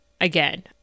again